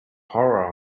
horror